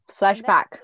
Flashback